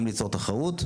גם ליצור תחרות,